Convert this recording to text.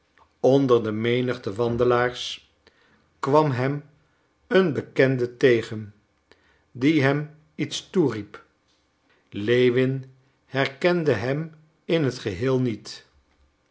onder de menigte wandelaars kwam hem een bekende tegen die hem iets toeriep lewin herkende hem in het geheel niet